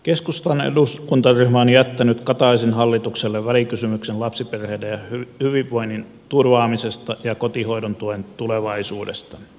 keskustan eduskuntaryhmä on jättänyt kataisen hallitukselle välikysymyksen lapsiperheiden hyvinvoinnin turvaamisesta ja kotihoidon tuen tulevaisuudesta